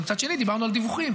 ומצד שני דיברנו על דיווחים.